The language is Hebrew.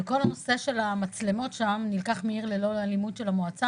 וכל הנושא של המצלמות שם נלקח מ'עיר ללא אלימות' של המועצה.